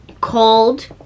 cold